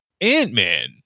Ant-Man